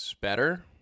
better